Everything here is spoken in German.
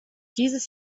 dieses